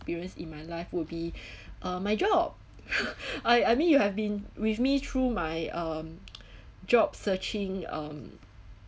experience in my life would be uh my job I I mean you have been with me through my um job searching um